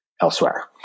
elsewhere